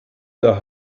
der